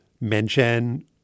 mention